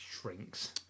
shrinks